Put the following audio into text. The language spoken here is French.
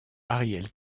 ariel